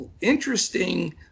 interesting